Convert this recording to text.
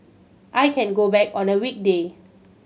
I can go back on a weekday